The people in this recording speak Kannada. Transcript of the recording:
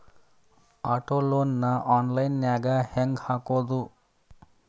ಆಟೊ ಲೊನ್ ನ ಆನ್ಲೈನ್ ನ್ಯಾಗ್ ಹೆಂಗ್ ಹಾಕೊದು?